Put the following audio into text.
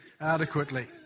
adequately